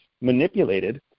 manipulated